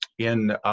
in